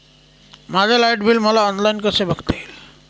माझे light bill मला online कसे बघता येईल?